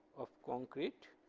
of concrete